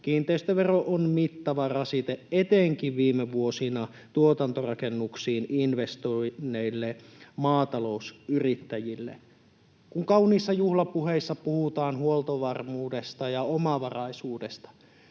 Kiinteistövero on mittava rasite etenkin viime vuosina tuotantorakennuksiin investoineille maatalousyrittäjille. Kun kauniissa juhlapuheissa puhutaan huoltovarmuudesta ja omavaraisuudesta,